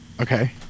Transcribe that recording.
Okay